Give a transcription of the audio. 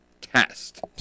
test